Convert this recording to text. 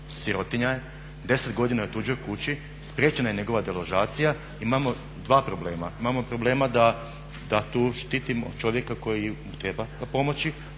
sirotinja je, 10 godina je u tuđoj kući, spriječena je njegova deložacija. Imamo dva problema, imamo problema da tu štitimo čovjeka kojemu treba pomoći,